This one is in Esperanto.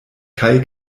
kaj